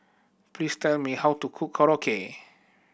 please tell me how to cook Korokke